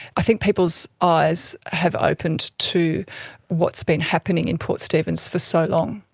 i think people's eyes have opened to what's been happening in port stephens for so long.